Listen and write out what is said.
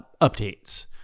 updates